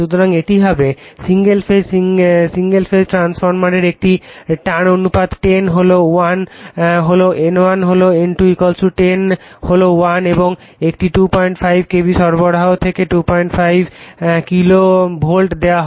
সুতরাং এটি হবে সিঙ্গেল ফেজ সিঙ্গেল ফেজ ট্রান্সফরমারের একটি টার্ন অনুপাত 10 হল 1 হল N1 হল N2 10 হল 1 এবং একটি 25 KV সরবরাহ থেকে 25 কিলো ভোল্ট দেওয়া হয়